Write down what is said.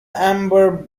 amber